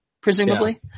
presumably